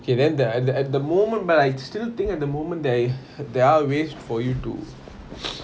okay then the at the at the moment but I still think at the moment there i~ there are ways for you to